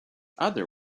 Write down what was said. other